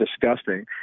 disgusting